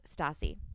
Stassi